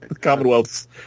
Commonwealth's